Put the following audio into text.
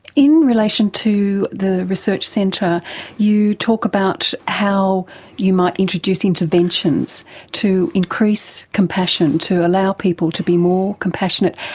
in relation to the research centre you talk about how you might introduce interventions to increase compassion, to allow people to be more compassionate.